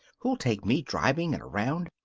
who'll take me driving and around.